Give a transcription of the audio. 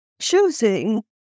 choosing